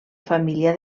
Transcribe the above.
família